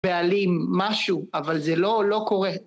בעלים משהו, אבל זה לא קורה.